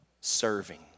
serving